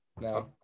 now